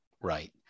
right